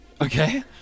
Okay